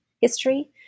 history